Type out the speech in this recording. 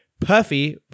Puffy